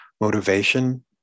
motivation